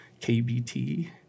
KBT